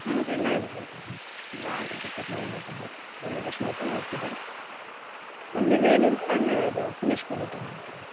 அதெல்லாம் எதுவும் வேணாம் மேம் நான் ஆடர் கொடுத்த மூணு மட்டும் போதும் மூணு டிஷ் மட்டும் ஓகே தான் அப்படி வேணும்னா நாங்கள் அதை ஃபினிஷ் பண்ணிவிட்டு வாங்கிக்கிறோம்